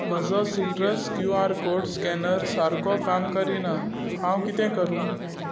म्हजो citrus Q R code scanner सारको काम करीना हांव कितें करूं